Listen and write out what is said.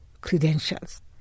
credentials